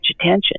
attention